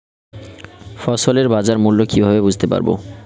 ফসলের বাজার মূল্য কিভাবে বুঝতে পারব?